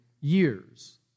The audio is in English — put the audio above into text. years